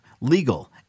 legal